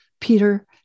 Peter